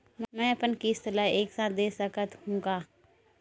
मै अपन किस्त ल एक साथ दे सकत हु का?